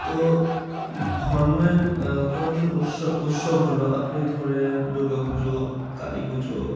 তো ধর্মের কোনো দিন উৎস উৎসব হলো আপনি ধরে নিন দুর্গাপুজো কালী পুজো